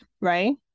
right